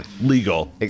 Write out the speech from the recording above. legal